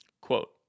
Quote